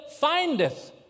findeth